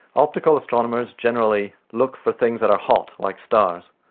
optical astronomers generally look for things that are hot, like stars.